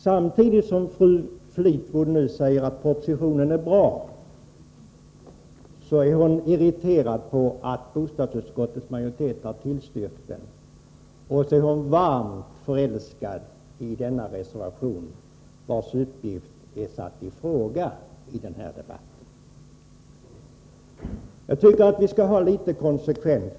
Samtidigt som fru Fleetwood säger att propositionen är bra, är hon irriterad över att bostadsutskottets majoritet har tillstyrkt den, och så är hon varmt förälskad i denna reservation, vars uppgifter är satta i fråga i debatten. Jag tycker att vi skall vara konsekventa.